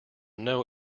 know